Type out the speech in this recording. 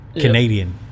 Canadian